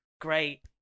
great